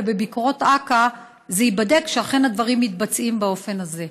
ובביקורות אכ"א זה ייבדק שאכן הדברים מתבצעים באופן הזה.